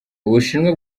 ubushinwa